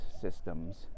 systems